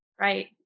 Right